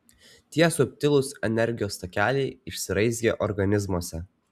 tie subtilūs energijos takeliai išsiraizgę organizmuose